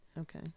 Okay